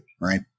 right